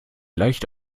leicht